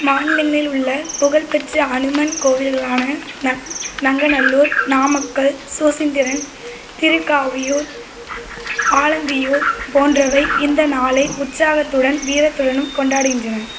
மாநிலங்களில் உள்ள புகழ்பெற்ற அனுமன் கோவில்களான நங் நங்கநல்லூர் நாமக்கல் சுசீந்திரம் திரிக்காவியூர் ஆ ஆலத்தியூர் போன்றவை இந்த நாளை உற்சாகத்துடன் வீரத்துடனும் கொண்டாடுகின்றன